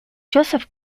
joseph